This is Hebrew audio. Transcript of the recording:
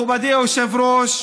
מכובדי היושב-ראש,